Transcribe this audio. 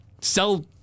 sell